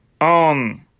on